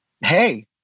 Hey